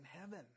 heaven